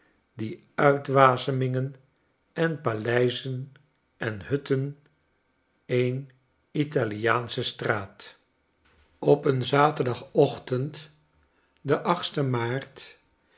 die uitwasemingen en paleizen en hutten een italiaansche straat op een zaterdagochtend den achtsten maart